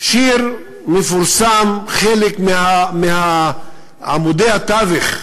שיר מפורסם, מעמודי התווך,